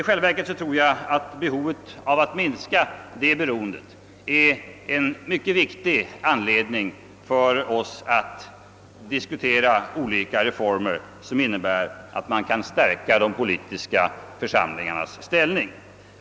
I själva verket är behovet av att minska detta beroende en mycket viktig anledning för oss att diskutera olika reformer i syfte att stärka de politiska församlingarnas ställning.